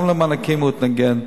גם למענקים הוא התנגד,